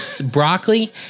broccoli